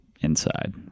inside